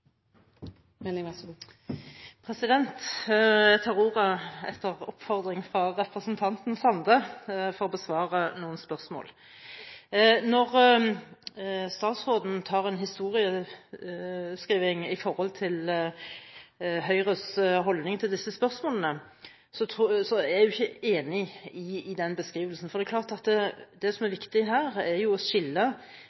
Jeg tar ordet etter oppfordring fra representanten Sande for å besvare noen spørsmål. Når statsråden foretar en historiebeskrivelse av Høyres holdning til disse spørsmålene, er jeg ikke enig i den beskrivelsen. Det som er viktig her, er å skille mellom det som